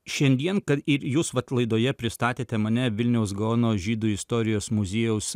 šiandien kad ir jūs vat laidoje pristatėte mane vilniaus gaono žydų istorijos muziejaus